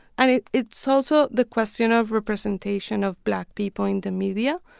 and it's it's also the question of representation of black people in the media,